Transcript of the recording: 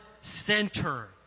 center